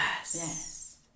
Yes